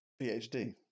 PhD